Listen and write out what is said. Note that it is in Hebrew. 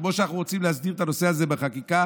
כמו שאנחנו רוצים להסדיר את הנושא הזה בחקיקה,